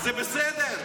בליאק, תכבד אותי,